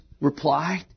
replied